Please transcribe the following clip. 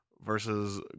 versus